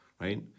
right